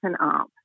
up